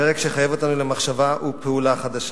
פרק שיחייב אותנו למחשבה ולפעולה חדשה.